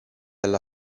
alla